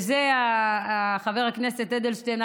חבר הכנסת אדלשטיין,